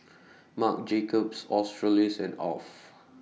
Marc Jacobs Australis and Alf